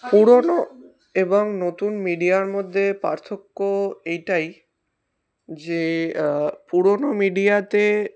পুরনো এবং নতুন মিডিয়ার মধ্যে পার্থক্য এটাই যে পুরনো মিডিয়াতে